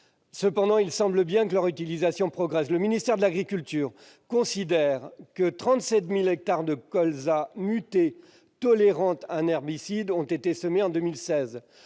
Cependant, il semble bien que les surfaces progressent : le ministère de l'agriculture considère que 37 000 hectares de colza muté tolérant un herbicide ont été semés en 2016.